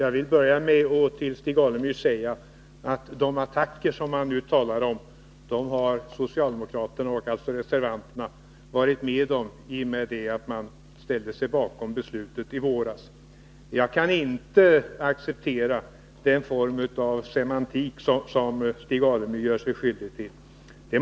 Herr talman! De attacker som Stig Alemyr talar om har socialdemokraterna varit med om i och med att de ställde sig bakom beslutet i våras. Jag kan inte acceptera den form av semantik som Stig Alemyr gör sig skyldig till.